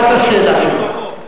שמע את השאלה שלו.